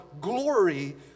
glory